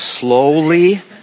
slowly